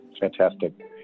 Fantastic